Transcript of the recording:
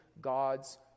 God's